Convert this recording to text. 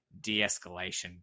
de-escalation